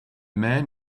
man